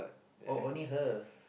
oh only her